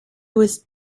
was